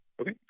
Okay